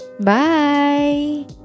bye